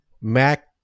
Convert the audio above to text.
Mac